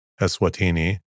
Eswatini